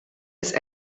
ist